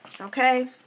Okay